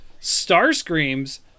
Starscream's